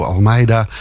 Almeida